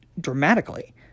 dramatically